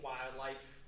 Wildlife